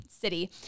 city